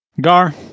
gar